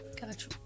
Gotcha